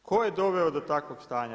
Tko je doveo do takvog stanja?